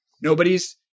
Nobody's